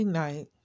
night